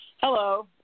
Hello